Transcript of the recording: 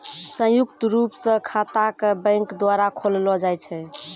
संयुक्त रूप स खाता क बैंक द्वारा खोललो जाय छै